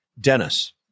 Dennis